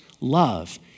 love